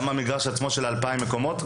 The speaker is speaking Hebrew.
גם המגרש עצמו, של ה-2,000 מקומות?